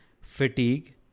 fatigue